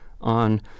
on